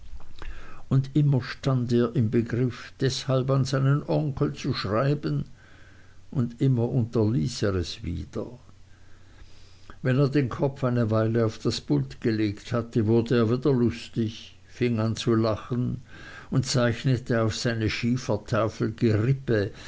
und immer stand er im begriff deshalb an seinen onkel zu schreiben und immer unterließ er es wieder wenn er den kopf eine weile auf das pult gelegt hatte wurde er wieder lustig fing an zu lachen und zeichnete auf seine schiefertafel gerippe